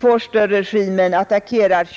Vorsterregimen attackerar,